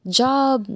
job